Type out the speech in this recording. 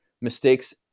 mistakes